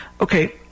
okay